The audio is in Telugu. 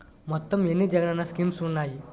మొత్తం ఎన్ని జగనన్న స్కీమ్స్ ఉన్నాయి?